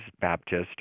Baptist